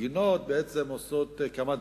הגינות עושות כמה דברים.